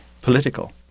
political